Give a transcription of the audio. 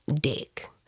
dick